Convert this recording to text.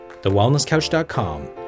TheWellnessCouch.com